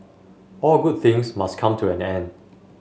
all good things must come to an end